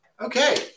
Okay